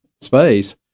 space